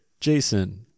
Jason